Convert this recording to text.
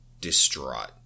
distraught